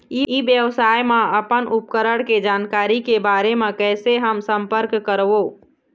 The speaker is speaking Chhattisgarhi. ई व्यवसाय मा अपन उपकरण के जानकारी के बारे मा कैसे हम संपर्क करवो?